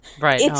right